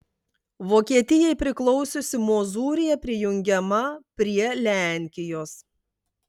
vokietijai priklausiusi mozūrija prijungiama prie lenkijos